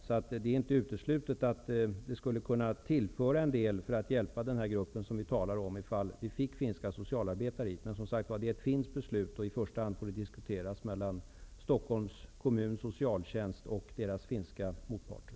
Det är därför inte uteslutet att det skulle tillföra en del att få hit finska socialarbetare för att hjälpa den grupp som vi nu talar om. Det är alltså ett finskt beslut, och det får i första hand diskuteras mellan Stockholms kommuns socialtjänst och dess finska motsvarighet.